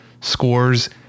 scores